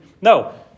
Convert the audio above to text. no